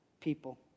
people